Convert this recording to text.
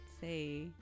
say